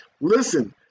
Listen